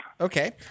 Okay